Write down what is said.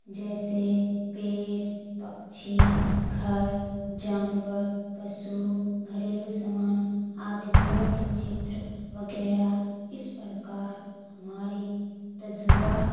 جیسے پیڑ پکشی گھر جانور پشو گھریلو سامان آدمیوں کے چتر وغیرہ اس پرکار ہماری تجربہ